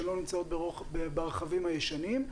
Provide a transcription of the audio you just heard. הן לא נמצאות ברכבים הישנים,